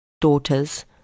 Daughters